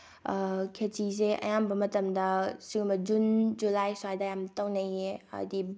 ꯈꯦꯆꯤꯁꯦ ꯑꯌꯥꯝꯕ ꯃꯇꯝꯗ ꯁꯤꯒꯨꯝꯕ ꯖꯨꯟ ꯖꯨꯂꯥꯏ ꯁ꯭ꯋꯥꯏꯗ ꯌꯥꯝ ꯇꯧꯅꯩꯌꯦ ꯍꯥꯏꯗꯤ